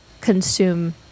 Consume